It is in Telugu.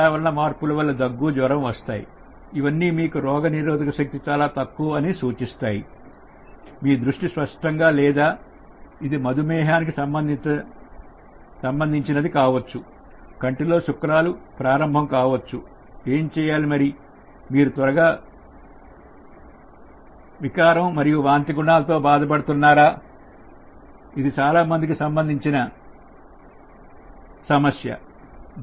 వాతావరణ మార్పుల వల్ల దగ్గు జ్వరం వస్తాయి ఇవన్నీ మీకు రోగనిరోధక శక్తి చాలా తక్కువ అని సూచిస్తాయి మీ దృష్టి స్పష్టంగా లేదా ఇది మధుమేహానికి సంబంధించినది కావచ్చు కంటిలో శుక్లాలు ప్రారంభం కావచ్చు ఏం చేయాలి మరియు మీరు తరచుగా వికారం మరియు వాంతి గుణాలతో బాధపడుతున్నారా ఇది చాలామందికి సంబంధించిన సమస్య